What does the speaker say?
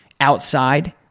outside